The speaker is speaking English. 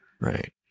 Right